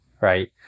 Right